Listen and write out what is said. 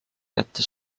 kätte